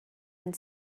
and